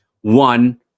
one